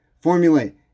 formulate